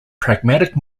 pragmatic